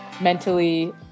mentally